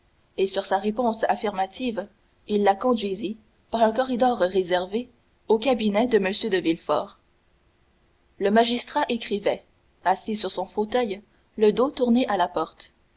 et sur sa réponse affirmative il la conduisit par un corridor réservé au cabinet de m de villefort le magistrat écrivait assis sur son fauteuil le dos tourné à la porte